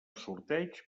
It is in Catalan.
sorteig